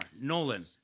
Nolan